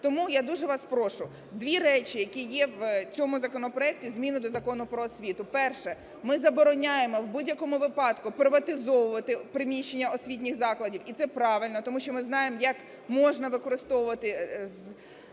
тому я дуже вас прошу. Дві речі, які є в цьому законопроекті, зміни до Закону про освіту. Перше. Ми забороняємо, в будь-якому випадку, приватизувати приміщення освітніх закладів. І це правильно, тому що ми знаємо, як можна використовувати